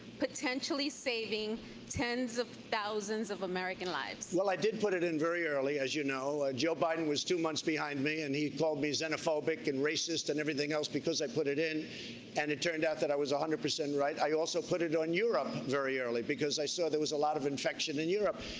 potentially saving tens of thousands of american lives? well, i did put it in very early, as you know, ah joe biden was two months behind me and he called me xenophobic and racist and everything else because i put it in and it turned out i was one hundred percent right. i also put it on europe very early because i saw there was a lot of infection in europe.